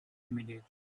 immediately